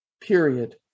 period